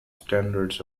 standards